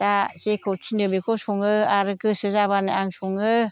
दा जेखौ थिनो बेखौ सङो आरो गोसो जाबानो आं सङो